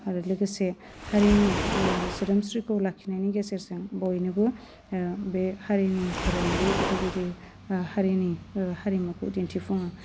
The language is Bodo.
आरो लोगोसे हारिनि सोदोमस्रिखौ लाखिनायनि गेजेरजों बयनोबो बे हारिनि धोरोमारि फोरबो जि हारिनि बर' हारिमुखौ दिन्थिफुङो